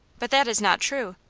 but that is not true.